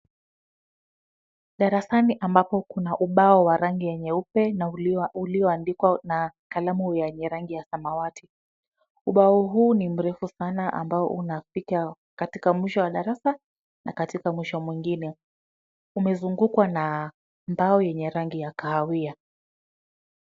Darasani ambapo kuna ubao wa rangi ya nyeupe na ulioandikwa na kalamu yenye rangi ya samawati. Ubao huu ni mrefu sana ambao unafika katika mwisho wa darasa na katika mwisho mwingine. Umezungukwa na mbao yenye rangi ya kahawia.